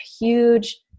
huge